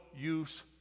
use